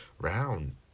round